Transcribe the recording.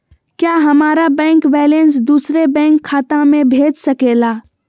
क्या हमारा bank balance दूसरे बैंक खाता में भेज सके ला?